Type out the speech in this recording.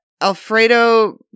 Alfredo